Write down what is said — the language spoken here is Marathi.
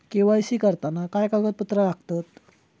के.वाय.सी करताना काय कागदपत्रा लागतत?